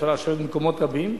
אפשר לשבת במקומות רבים,